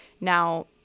Now